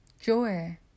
joy